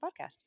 podcast